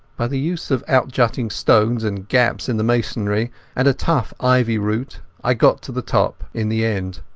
by the use of out-jutting stones and gaps in the masonry and a tough ivy root i got to the top in the end.